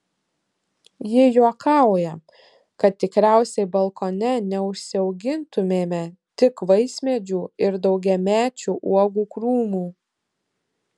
ji juokauja kad tikriausiai balkone neužsiaugintumėme tik vaismedžių ir daugiamečių uogų krūmų